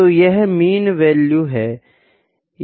तो यह mean value है